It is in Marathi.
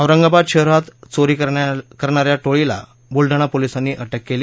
औरंगाबाद शहरात चोरी करणाऱ्या टोळीला बूलडाणा पोलिसांनी अटक केली